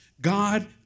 God